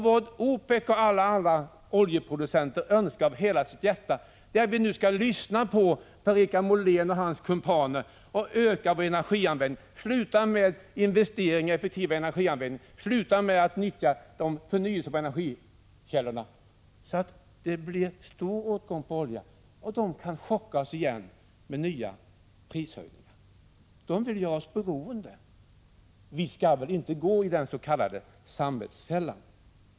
Vad OPEC och alla oljeproducenter önskar är att vi nu skall lyssna på Per-Richard Molén och hans kumpaner och öka energianvändningen, sluta med investering i effektivare energianvändning, sluta med att nyttja de förnyelsebara energikällorna, så att det blir stor åtgång på olja och oljeproducenterna kan chocka oss igen genom nya prishöjningar. De vill göra oss beroende. Vi skall väl inte gå i den s.k. samvetsfällan.